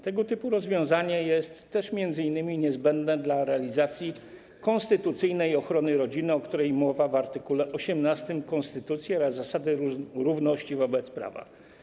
Tego typu rozwiązanie jest m.in. niezbędne do realizacji konstytucyjnej ochrony rodziny, o której mowa w art. 18 konstytucji, oraz zasady równości wobec prawa.